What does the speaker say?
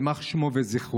יימח שמו וזכרו,